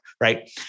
Right